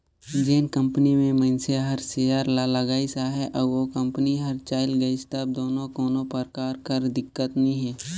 जेन कंपनी में मइनसे हर सेयर ल लगाइस अहे अउ ओ कंपनी हर चइल गइस तब दो कोनो परकार कर दिक्कत नी हे